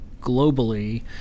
globally